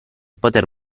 poter